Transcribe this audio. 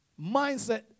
mindset